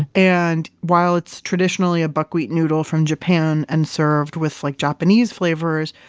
and while it's traditionally a buckwheat noodle from japan and served with like japanese flavors,